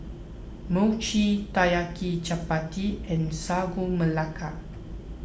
Mochi Taiyaki Chappati and Sagu Melaka